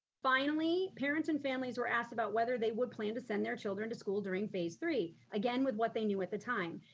finally, parents and families were asked about whether they would plan to send their children to school during phase three, again, with what they knew at the time.